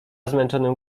zmęczonym